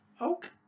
Okay